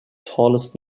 tallest